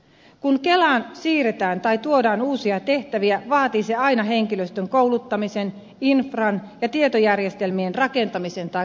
kun kelaan siirretään tai tuodaan uusia tehtäviä vaatii se aina henkilöstön kouluttamisen infran ja tietojärjestelmien rakentamisen tai korjaamisen